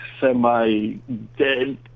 semi-dead